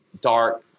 dark